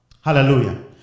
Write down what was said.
Hallelujah